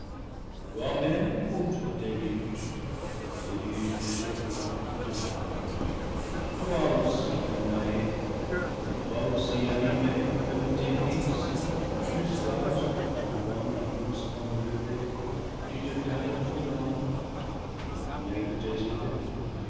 toi-même autre déluge déluge de chagrins et de larmes toi aussi fus noyé et toi aussi abîmé comme tes fils jusqu'à ce que par l'ange doucement relevé tu te tins debout enfin bien que désolé